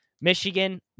Michigan